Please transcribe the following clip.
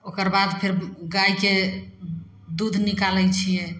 ओकर बाद फेर गायके दूध निकालै छियै